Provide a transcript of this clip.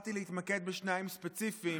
בחרתי להתמקד בשניים ספציפיים,